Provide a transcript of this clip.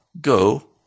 go